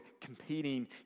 competing